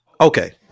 Okay